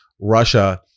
Russia